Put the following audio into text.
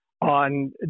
on